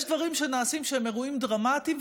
יש דברים שנעשים שהם אירועים דרמטיים,